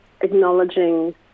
Acknowledging